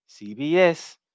cbs